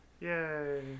Yay